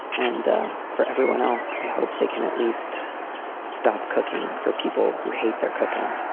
and for everyone else, i hope they can at least stop cooking for people who hate their cooking